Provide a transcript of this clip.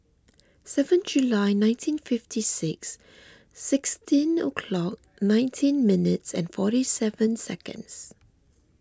seven July nineteen fifty six sixteen o'clock nineteen minutes and forty seven seconds